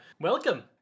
Welcome